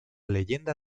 leyenda